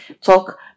talk